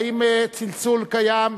האם צלצול קיים?